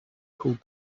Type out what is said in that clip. pulled